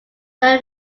very